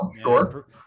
Sure